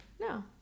No